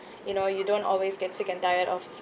you know you don't always get sick and tired of